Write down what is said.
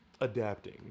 adapting